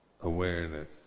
awareness